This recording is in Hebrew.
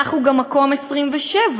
אנחנו גם מקום 27,